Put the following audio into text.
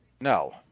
no